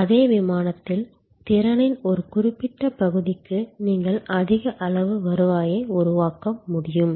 அதே விமானத்தில் திறனின் ஒரு குறிப்பிட்ட பகுதிக்கு நீங்கள் அதிக அளவு வருவாயை உருவாக்க முடியும்